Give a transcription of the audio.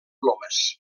plomes